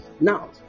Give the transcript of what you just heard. now